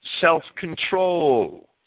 self-control